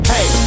Hey